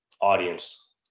audience